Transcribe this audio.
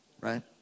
right